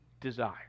desire